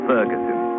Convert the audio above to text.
Ferguson